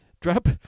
Drop